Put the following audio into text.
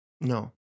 no